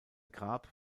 grab